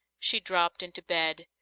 she dropped into bed,